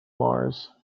mars